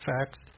facts